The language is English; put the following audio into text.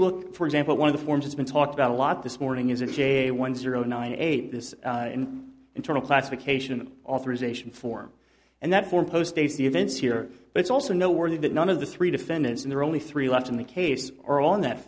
look for example one of the forms has been talked about a lot this morning is it j one zero nine eight this internal classification authorization form and that form post dates the events here but it's also noteworthy that none of the three defendants and there are only three left in the case or on that